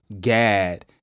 Gad